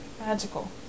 magical